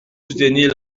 soutenir